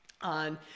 on